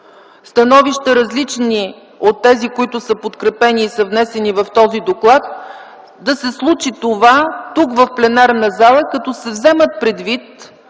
становища – различни от тези, които са подкрепени и внесени в този доклад, да се случи това тук, в пленарната зала, като се вземат предвид